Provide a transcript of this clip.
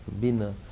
bina